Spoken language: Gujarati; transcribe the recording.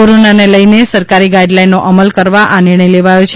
કોરોનાને લઇને સરકારી ગાઈડલાઈનનો અમલ કરવા આ નિર્ણથ લેવાયો છે